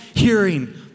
hearing